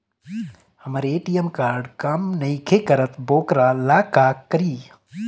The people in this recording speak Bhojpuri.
हमर ए.टी.एम कार्ड काम नईखे करत वोकरा ला का करी?